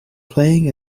playing